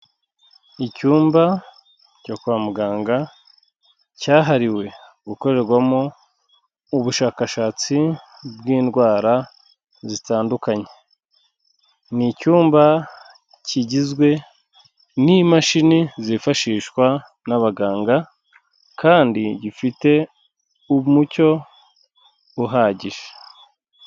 Icyumba cyo kwa muganga cyahariwe gukorerwamo ubushakashatsi bw'indwara zitandukanye. Ni icyumba kigizwe n'imashini zifashishwa n'abaganga kandi gifite umucyo uhagije.